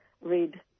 read